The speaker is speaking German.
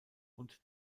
und